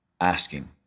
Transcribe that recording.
asking